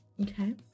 Okay